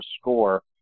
score